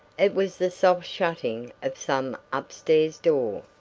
it was the soft shutting of some upstairs door.